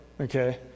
okay